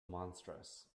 monstrous